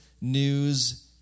news